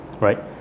right